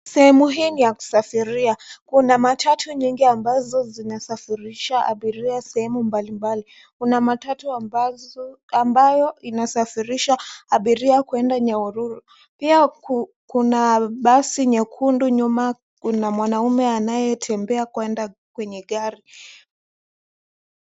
Sehemu hii ni ya kusafiria. Kuna matatu nyingi ambazo zina safirisha abirira sehemu mbalimbali. Kuna matatu ambayo inasafirisha abiria kuenda Nyahururu. Pia kuna basi nyekundu . Nyuma kuna mwanaume anayetembea kuenda kwenye gari.